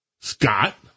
Scott